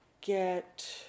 get